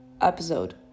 episode